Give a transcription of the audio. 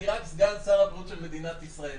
אני רק סגן שר הבריאות של מדינת ישראל,